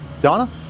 Donna